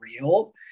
real